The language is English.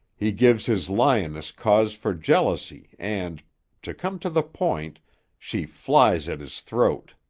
he gives his lioness cause for jealousy and to come to the point she flies at his throat.